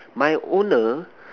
my owner